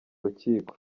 rukiko